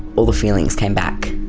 all the feelings came back.